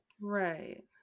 Right